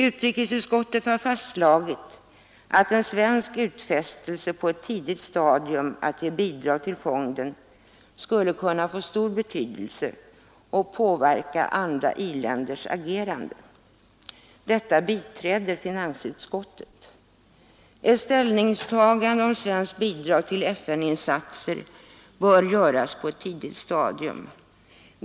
Utrikesutskottet har fastslagit att en svensk utfästelse på ett tidigt stadium att ge bidrag till fonden skulle kunna få stor betydelse och påverka andra i-länders agerande. Detta biträder finansutskottet. Ett ställningstagande om svenskt bidrag till FN-insatser bör göras på ett tidigt stadium.